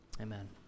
Amen